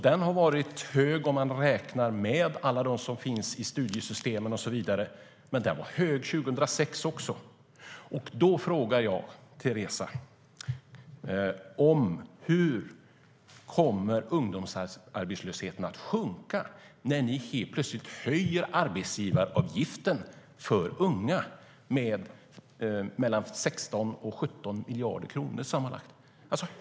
Den har varit hög om man räknar med alla dem som finns i studiesystemen och så vidare, men den var hög också 2006. Då frågar jag Teresa: Hur kommer ungdomsarbetslösheten att sjunka när ni helt plötsligt höjer arbetsgivaravgiften för unga med mellan 16 och 17 miljarder kronor sammanlagt?